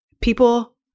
people